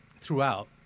throughout